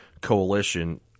coalition